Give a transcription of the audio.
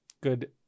Good